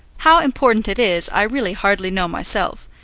how important it is i really hardly know myself,